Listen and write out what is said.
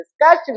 Discussion